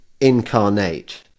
incarnate